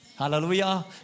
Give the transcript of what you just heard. Hallelujah